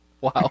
Wow